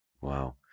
Wow